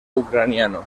ucraniano